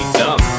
dumb